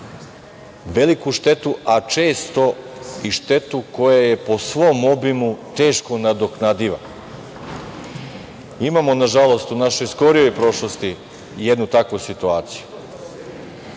veliku štetu, a često i štetu koja je po svom obimu teško nadoknadiva. Imamo, nažalost, u našoj skorijoj prošlosti jednu takvu situaciju.